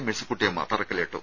മേഴ്സിക്കുട്ടിയമ്മ തറക്കല്ലിട്ടു